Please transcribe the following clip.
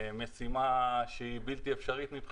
זאת משימה שמבחינתו היא בלתי אפשרית.